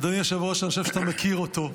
אדוני היושב-ראש, אני חושב שאתה מכיר אותו,